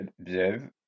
Observe